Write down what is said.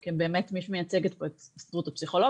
באמת כמי שמייצגת פה את הסתדרות הפסיכולוגים,